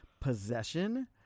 possession